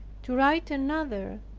to write another,